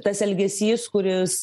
tas elgesys kuris